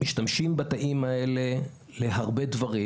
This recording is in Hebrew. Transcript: משתמשים בתאים האלה להרבה דברים,